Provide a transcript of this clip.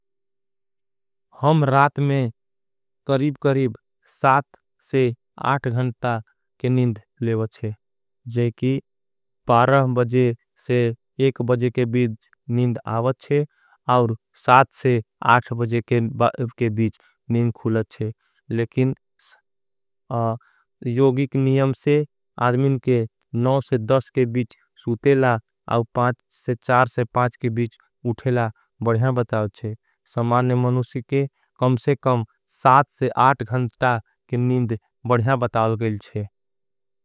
हम रात में करीब करीब साथ से आठ घंटा के निन्द लेवचे। जैकि बारह बजे से एक बजे के बीच निन्द आवच्छे और साथ। से आठ बजे के बीच निन्द खुलच्छे लेकिन योगिक नियम से। आदमिन के के बीच सूतेला और के बीच उठेला बढ़िया बताओचे। समाने मनुसी के कम से कम घंटा के निन्द बढ़िया बताओचे।